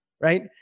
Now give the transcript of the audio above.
right